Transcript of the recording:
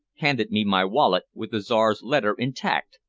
handed me my wallet with the czar's letter intact,